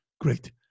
Great